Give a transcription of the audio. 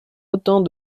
autant